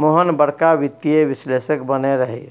मोहन बड़का वित्तीय विश्लेषक बनय रहय